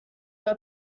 was